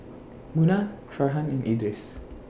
Munah Farhan and Idris